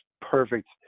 perfect